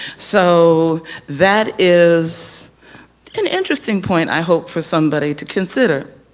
so that is an interesting point i hope for somebody to consider.